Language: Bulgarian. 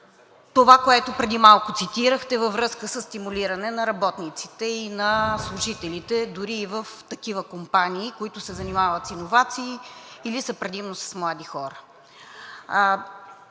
това, което преди малко цитирахте във връзка със стимулиране на работниците и на служителите, дори и в такива компании, които се занимават с иновации или са предимно с млади хора.